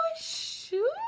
shoot